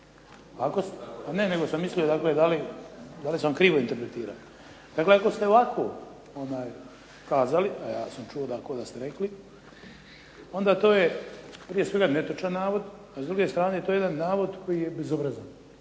Ne, nego sam mislio dakle da li sam krivo interpretirao. Dakle, ako ste ovako kazali, a ja sam čuo kao da ste rekli, onda to je prije svega netočan navod, a s druge strane to je jedan navod koji je bezobrazan,